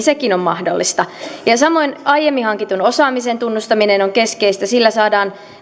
sekin on mahdollista samoin aiemmin hankitun osaamisen tunnustaminen on keskeistä sillä saadaan